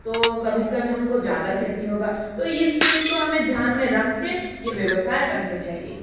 तो कभी कभी हम को ज़्यादा क्षति होगा तो इस चीज़ को हमें ध्यान में रख के ये व्यवसाय करना चाहिए